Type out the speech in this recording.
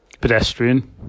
pedestrian